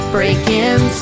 Breaking